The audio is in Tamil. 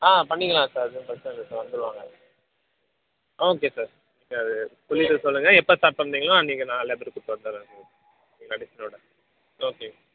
ஆ பண்ணிக்கலாம் சார் அது ஒன்றும் பிரச்சின இல்லை வந்துருவாங்க ஓகே சார் எனக்கு அது சொல்லிட்டு சொல்லுங்க எப்போ ஸ்டார்ட் பண்ணுறிங்களோ நான் அன்றைக்கு எல்லா பேரையும் கூட்டிட்டு வந்துறேன் சார் ஓகே